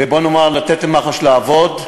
ובוא נאמר: לתת למח"ש לעבוד,